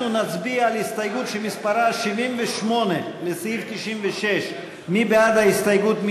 נצביע על הסתייגות שמספרה 78 לסעיף 96. מי בעד ההסתייגות?